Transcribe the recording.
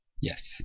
Yes